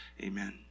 Amen